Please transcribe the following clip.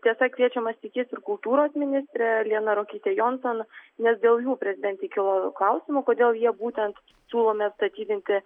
tiesa kviečiamas tik jis ir kultūros ministrė liana ruokytė jonson nes dėl jų prezidentei kilo klausimų kodėl jie būtent siūlomi atstatydinti